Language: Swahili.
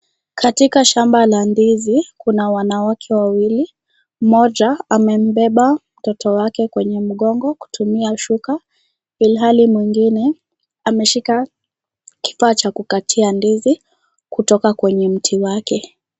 Katika shamba la ndizi kuna wanawake wawili, mmoja amembeba mtoto wake kwenye mgongo kutuma shuka, ilhali mwingine, ameshika, kifaa cha kukatia ndizi, kutoka kwenye mti wake.